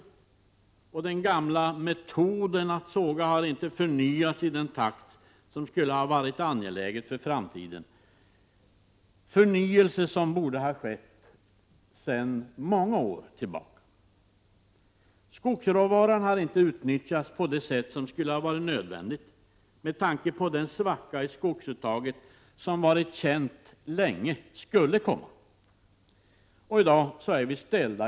Han talar alltid vitt och brett mot statliga företag och statens ansvar.